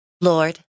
Lord